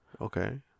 okay